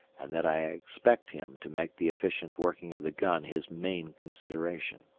and that i expect him to make the efficient working of the gun his main consideration.